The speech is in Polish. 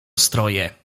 stroje